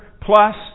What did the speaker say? Plus